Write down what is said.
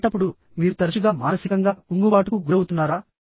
అలాంటప్పుడు మీరు తరచుగా మానసికంగా కుంగుబాటుకు గురవుతున్నారా